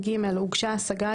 (ג)הוגשה השגה,